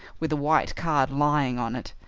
with a white card lying on it,